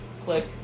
click